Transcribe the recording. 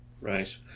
Right